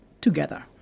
together